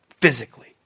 physically